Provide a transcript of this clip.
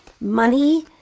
Money